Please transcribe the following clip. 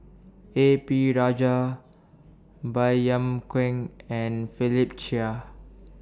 A P Rajah Baey Yam Keng and Philip Chia